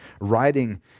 writing